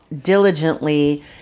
diligently